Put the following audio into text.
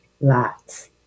Lots